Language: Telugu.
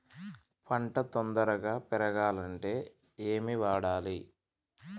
పంట తొందరగా పెరగాలంటే ఏమి వాడాలి?